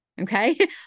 Okay